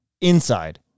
inside